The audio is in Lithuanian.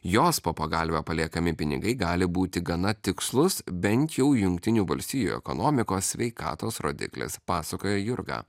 jos po pagalve paliekami pinigai gali būti gana tikslus bent jau jungtinių valstijų ekonomikos sveikatos rodiklis pasakoja jurga